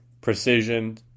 precision